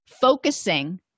focusing